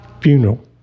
funeral